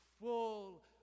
full